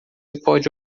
pode